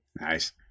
Nice